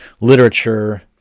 literature